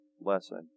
lesson